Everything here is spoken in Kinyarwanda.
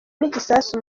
n’igisasu